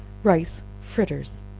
rice fritters.